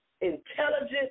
intelligent